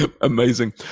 Amazing